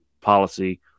policy